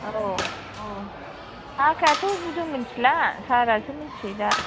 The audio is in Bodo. औ औ थाखायाथ' जों मिनथिला सारासो मोनथियो दा